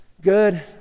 Good